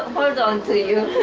hold onto you.